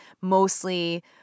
mostly